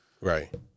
Right